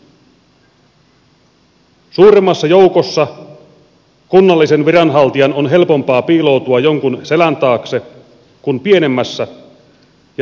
suuremmassa joukossa kunnallisen viranhaltijan on helpompaa piiloutua jonkun selän taakse kuin pienemmässä ja läpinäkyvämmässä kunnassa